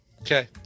Okay